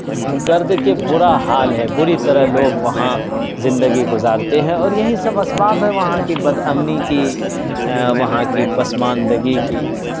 غرض کہ برا حال ہے بری طرح لوگ وہاں زندگی گزارتے ہیں اور یہیں سب اسباب ہیں وہاں کی بد امنی کی وہاں کی پسماندگی کی